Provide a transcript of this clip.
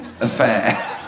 affair